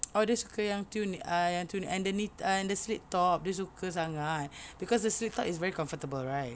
oh dia suka yang tunic ah yang tunic and the knit and the slip top dia suka sangat cause the slip top is very comfortable right